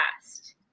past